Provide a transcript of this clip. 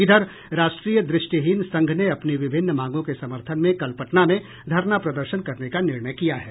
इधर राष्ट्रीय दृष्टिहीन संघ ने अपनी विभिन्न मांगों के समर्थन में कल पटना में धरना प्रदर्शन करने का निर्णय किया है